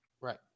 Right